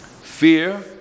fear